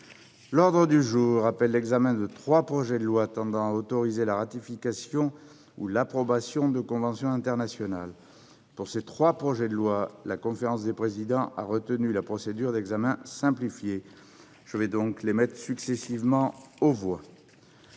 L'ordre du jour appelle l'examen de trois projets de loi tendant à autoriser la ratification ou l'approbation de conventions internationales. Pour ces trois projets de loi, la conférence des présidents a retenu la procédure d'examen simplifié. Je vais donc les mettre successivement aux voix.